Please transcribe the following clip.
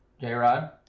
J-Rod